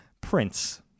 Prince